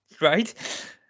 right